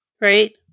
right